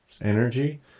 energy